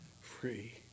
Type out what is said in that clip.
free